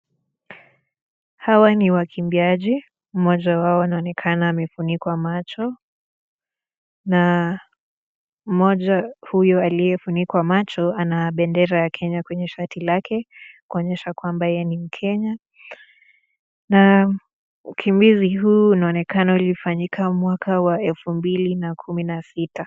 Hawa ni wakimbiaji, mmoja wao anaonekana amefunikwa macho na mmoja huyo aliyefunikwa macho ana bendera ya Kenya kwenye shati lake kuonyesha kwamba yeye ni mkenya na ukimbizi huu unaonekana ulifanyika mwaka wa elfu mbili kumi na sita.